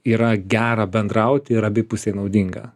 yra gera bendraut ir abipusiai naudinga